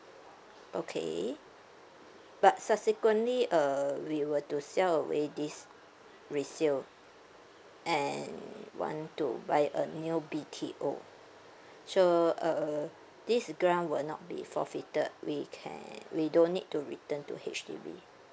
okay but subsequently uh we were to sell away this resale and want to buy a B_T_O so uh this grant will not be forfeited we can we don't need to return to H_D_B